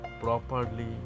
properly